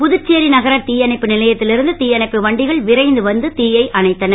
புதுச்சேரி நகர தீயணைப்பு நிலையத்தில் இருந்து தீயணைப்பு வண்டிகள் விரைந்து வந்து தீயை அணைத்தன